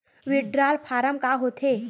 Withdrawal form का होथे?